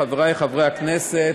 חברי חברי הכנסת,